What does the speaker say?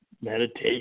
meditation